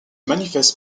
manifeste